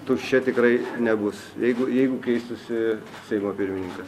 tuščia tikrai nebus jeigu jeigu keistųsi seimo pirmininkas